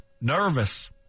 nervous